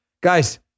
Guys